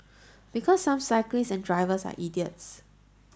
because some cyclists and drivers are idiots